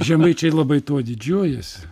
žemaičiai labai tuo didžiuojasi